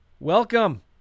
Welcome